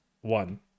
One